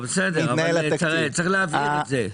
בסדר, אבל צריך להבין את זה.